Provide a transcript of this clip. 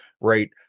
right